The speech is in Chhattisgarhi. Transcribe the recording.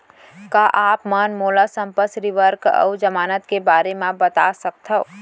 का आप मन मोला संपार्श्र्विक अऊ जमानत के बारे म बता सकथव?